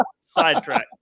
sidetrack